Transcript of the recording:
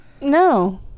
No